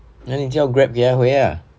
then 你就要 grab 给他回 lah